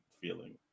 feeling